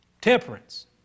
Temperance